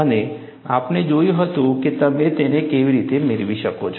અને આપણે જોયું હતું કે તમે તેને કેવી રીતે મેળવી શકો છો